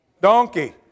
donkey